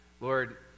Lord